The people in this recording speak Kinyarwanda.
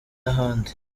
n’ahandi